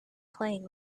playing